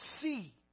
see